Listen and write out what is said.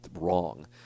wrong